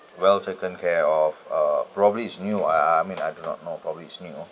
well taken care of uh probably it's new I I mean I do not know probably it's new